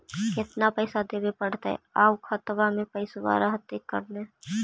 केतना पैसा देबे पड़तै आउ खातबा में पैसबा रहतै करने?